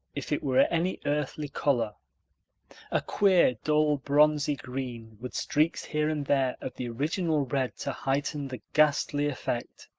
if it were any earthly color a queer, dull, bronzy green, with streaks here and there of the original red to heighten the ghastly effect.